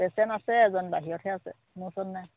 patient আছে এজন বাহিৰতহে আছে মোৰ ওচৰত নাই